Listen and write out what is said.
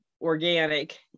organic